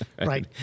Right